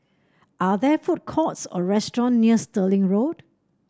are there food courts or restaurant near Stirling Road